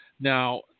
Now